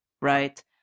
right